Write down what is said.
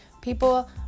people